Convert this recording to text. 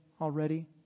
already